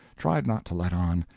tried not to let on,